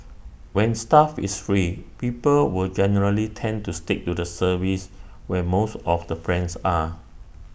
when stuff is free people will generally tend to stick to the service when most of the friends are